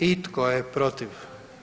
I tko je protiv?